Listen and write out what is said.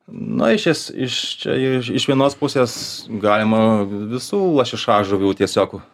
na iš es iš čia i iš vienos pusės galima visų lašišažuvių tiesiog